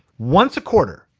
once a quarter,